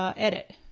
ah edit,